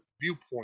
viewpoint